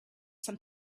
some